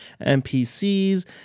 NPCs